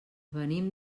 venim